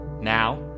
Now